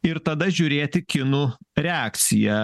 ir tada žiūrėti kinų reakciją